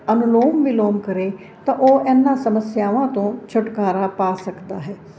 ਅਨੁਲੋਮ ਬਿਲੋਮ ਕਰੇ ਤਾਂ ਉਹ ਇਹਨਾ ਸਮੱਸਿਆਵਾਂ ਤੋਂ ਛੁਟਕਾਰਾ ਪਾ ਸਕਦਾ ਹੈ